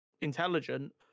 intelligent